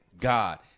God